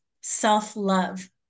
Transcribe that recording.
self-love